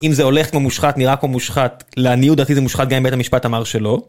אם זה הולך כמו מושחת, נראה כמו מושחת, לעניות דתי זה מושחת גם אם בית המשפט אמר שלא.